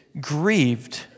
grieved